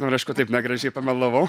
nu ir aišku taip negražiai pamelavau